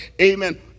Amen